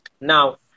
Now